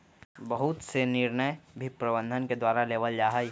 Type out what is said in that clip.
बहुत से निर्णय भी प्रबन्धन के द्वारा लेबल जा हई